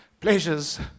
pleasures